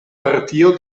partio